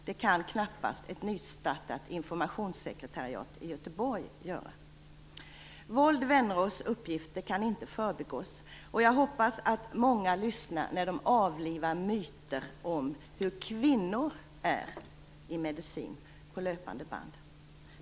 Det kan knappast ett nystartat informationssekretariat i Göteborg göra. Wolds och Wennerås uppgifter kan inte förbigås, och jag hoppas att många lyssnar när de på löpande band avlivar myter om hur kvinnor är på det medicinska området.